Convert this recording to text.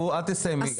את תסיימי.